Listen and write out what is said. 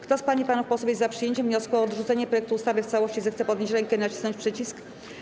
Kto z pań i panów posłów jest za przyjęciem wniosku o odrzucenie projektu ustawy w całości, zechce podnieść rękę i nacisnąć przycisk.